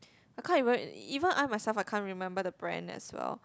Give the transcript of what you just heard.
I can't even even I myself I can't remember the brand as well